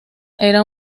era